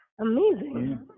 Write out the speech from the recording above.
Amazing